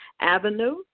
avenue